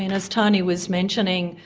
as tony was mentioning,